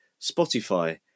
Spotify